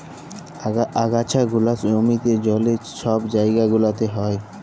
আগাছা গুলা জমিতে, জলে, ছব জাইগা গুলাতে হ্যয়